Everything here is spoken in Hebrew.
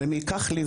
ומי ייקח לי,